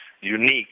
unique